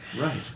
Right